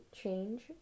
change